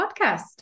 podcast